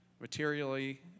materially